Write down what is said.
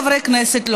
חברי הכנסת,